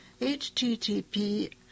http